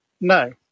no